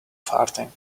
farting